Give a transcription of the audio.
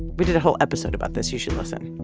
we did a whole episode about this. you should listen.